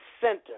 center